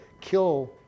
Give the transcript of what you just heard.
kill